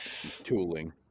Tooling